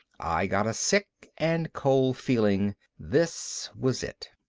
i got a sick and cold feeling. this was it.